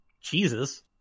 Jesus